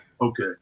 Okay